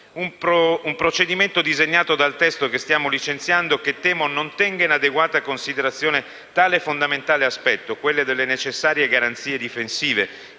Un procedimento, disegnato dal testo che stiamo licenziando, che temo non tenga in adeguata considerazione tale fondamentale aspetto, quello delle necessarie garanzie difensive,